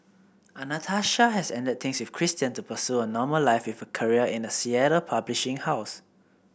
Anastasia has ended things with Christian to pursue a normal life with a career in a Seattle publishing house